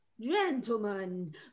gentlemen